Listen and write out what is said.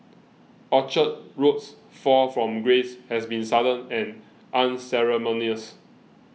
Orchard Road's fall from grace has been sudden and unceremonious